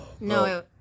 no